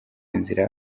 inzira